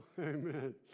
Amen